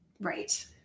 Right